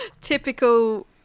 Typical